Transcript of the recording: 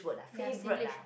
ya singlish